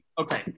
Okay